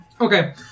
Okay